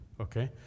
okay